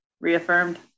reaffirmed